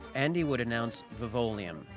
andy would announce vivoleum,